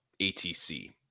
ATC